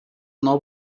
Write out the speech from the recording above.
nuo